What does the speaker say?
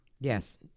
Yes